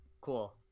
cool